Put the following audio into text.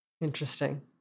Interesting